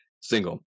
single